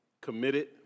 Committed